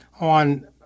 on